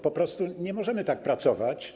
Po prostu nie możemy tak pracować.